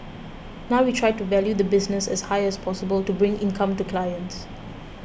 now we try to value the business as high as possible to bring income to clients